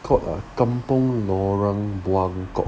called a kampung lorong buangkok